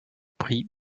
prix